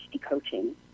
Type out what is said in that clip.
coaching